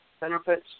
benefits